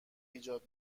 ایجاد